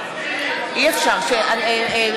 נורא קשה לנהל ככה את ההצבעה.